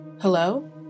hello